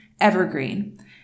evergreen